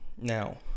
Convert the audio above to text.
Now